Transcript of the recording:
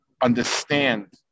understand